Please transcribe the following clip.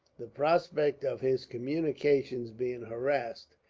the prospects of his communications being harassed,